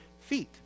feet